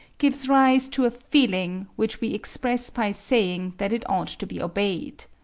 gives rise to a feeling which we express by saying that it ought to be obeyed.